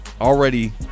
already